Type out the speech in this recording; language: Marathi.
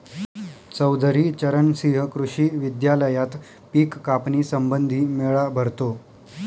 चौधरी चरण सिंह कृषी विद्यालयात पिक कापणी संबंधी मेळा भरतो